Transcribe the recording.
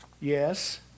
Yes